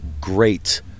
great